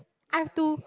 I have to